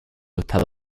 estado